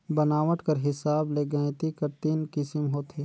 बनावट कर हिसाब ले गइती कर तीन किसिम होथे